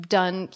done